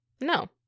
No